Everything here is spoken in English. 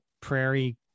prairie